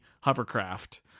hovercraft